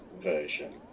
version